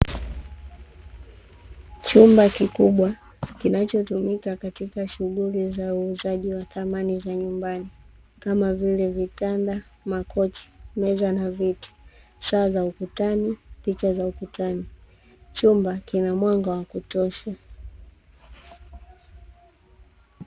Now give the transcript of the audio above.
Chumba kikubwa, kinachotumika katika shughuli za uuuzaji wa samani za nyumani, kama vile: vitanda, makochi, meza na viti, saa za ukutani, picha za ukutani. Chumba kina mwanga wa kutosha.